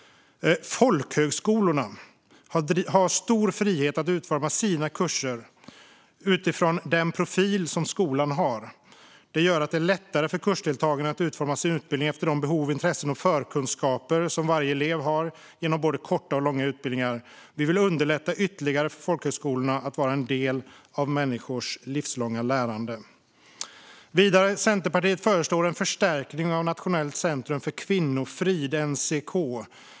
Folkhögskolorna har stor frihet att utforma sina kurser utifrån den profil som skolan har. Det gör att det är lättare för kursdeltagarna att utforma sin utbildning efter de behov, intressen och förkunskaper som varje elev har genom både korta och långa utbildningar. Vi vill underlätta ytterligare för folkhögskolorna att vara en del av människors livslånga lärande. Centerpartiet föreslår en förstärkning av Nationellt centrum för kvinnofrid.